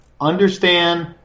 understand